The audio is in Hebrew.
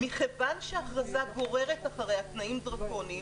מכיוון שההכרזה גוררת אחריה תנאים דרקוניים,